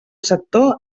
sector